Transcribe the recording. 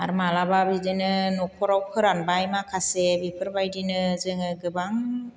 आरो माब्लाबा बिदिनो न'खराव फोरानबाय माखासे बेफोरबायदिनो जोङो गोबां